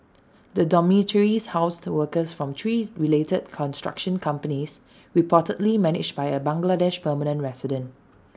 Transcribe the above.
the dormitories housed workers from three related construction companies reportedly managed by A Bangladeshi permanent resident